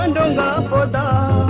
and da ah da